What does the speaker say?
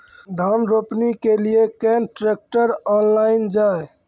धान रोपनी के लिए केन ट्रैक्टर ऑनलाइन जाए?